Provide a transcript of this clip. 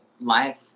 life